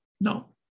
no